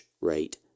rate